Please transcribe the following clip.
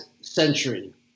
century